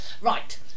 Right